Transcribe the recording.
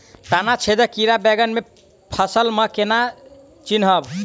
तना छेदक कीड़ा बैंगन केँ फसल म केना चिनहब?